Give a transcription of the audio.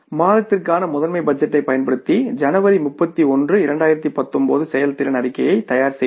மாதத்திற்கான மாஸ்டர் பட்ஜெட்டைப் பயன்படுத்தி ஜனவரி 31 2019 செயல்திறன் அறிக்கையை தயார்செய்தோம்